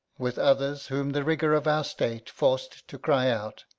with others whom the rigour of our state forc'd to cry out.